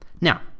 Now